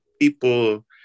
people